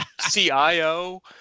CIO